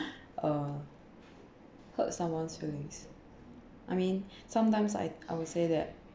uh hurt someones feelings I mean sometimes I I would say that